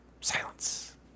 Silence